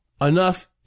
enough